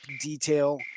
detail